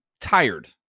tired